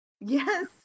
Yes